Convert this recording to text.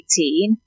18